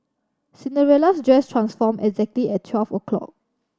Cinderella's dress transformed exactly at twelve o' clock